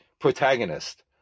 protagonist